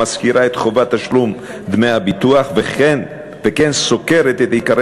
המזכירה את חובת תשלום דמי הביטוח וסוקרת את עיקרי